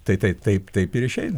tai taip taip taip ir išeina